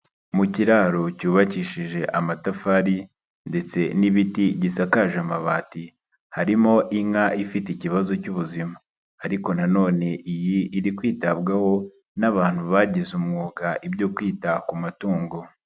Mu kiraro cyubakishije amatafari ndetse n'ibiti gisakaje amabati, harimo inka ifite ikibazo cy'ubuzima, ariko na none iyi iri kwitabwaho n'abantu bagize umwuga ibyo kwita ku matungo.